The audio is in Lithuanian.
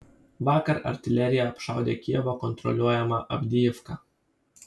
vakar artilerija apšaudė kijevo kontroliuojamą avdijivką